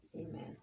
Amen